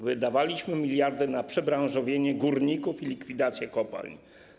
Wydawaliśmy miliardy na przebranżowienie górników i likwidację kopalń.